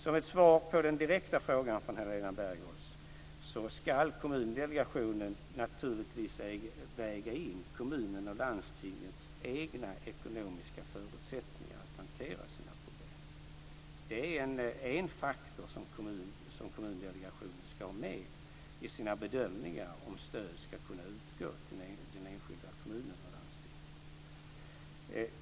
Som ett svar på den direkta frågan från Helena Bargholtz vill jag säga att Kommundelegationen naturligtvis ska väga in kommunernas och landstingens egna ekonomiska förutsättningar att hantera sina problem. Det är en faktor som ska finnas med i Kommundelegationens bedömningar om stöd ska kunna utgå till den enskilda kommunen eller det enskilda landstinget.